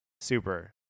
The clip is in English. Super